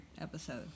episode